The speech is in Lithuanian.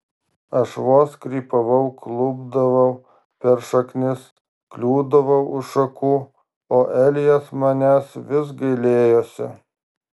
aš vos krypavau klupdavau per šaknis kliūdavau už šakų o elijas manęs vis gailėjosi